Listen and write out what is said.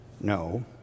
No